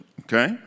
Okay